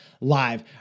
live